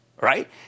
right